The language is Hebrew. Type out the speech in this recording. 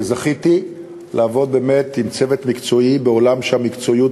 כי זכיתי לעבוד באמת עם צוות מקצועי בעולם שהמקצועיות